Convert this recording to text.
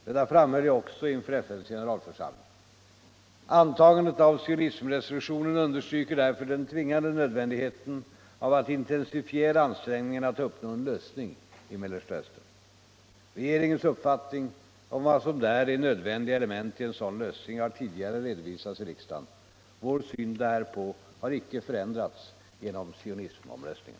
Detta framhöll jag också inför FN:s generalförsamling. Antagandet av sionismresolutionen understryker därför den tvingande nödvändigheten av att intensifiera ansträngningarna att uppnå en lösning i Mellersta Östern. Regeringens uppfattning om vad som är nödvändiga element i en sådan lösning har tidigare redovisats i riksdagen. Vår syn härpå har icke förändrats genom sionismomröstningen.